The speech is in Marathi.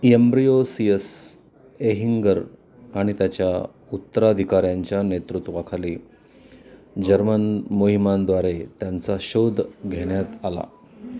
एम्ब्रिओसियस एहिंगर आणि त्याच्या उत्तराधिकाऱ्यांच्या नेतृत्वाखाली जर्मन मोहिमांद्वारे त्यांचा शोध घेण्यात आला